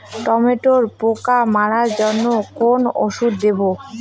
টমেটোর পোকা মারার জন্য কোন ওষুধ দেব?